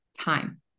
time